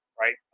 Right